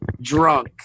drunk